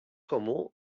comú